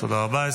תודה רבה.